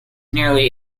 nearly